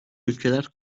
ülkeler